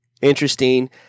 Interesting